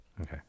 okay